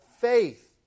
faith